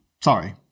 Sorry